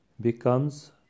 becomes